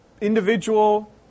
individual